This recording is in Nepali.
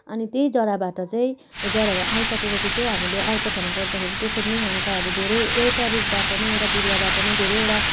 अनि त्यही जराबाट चाहिँ ए जराहरू आइसकेपछि चाहिँ हामीले अर्को ठाउँमा रोप्दाखेरि त्यसरी नै हाँगाहरू धेरै एउटा रुखबाट नै एउटा बिरुवाबाट नै धेरैवटा